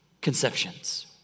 conceptions